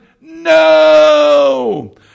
No